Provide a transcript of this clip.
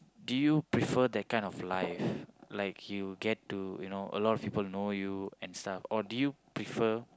do you prefer that kind of life like you get to you know a lot of people know you and stuff or do you prefer